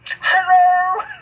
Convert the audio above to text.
Hello